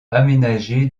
aménagé